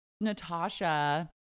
Natasha